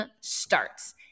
starts